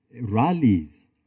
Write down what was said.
rallies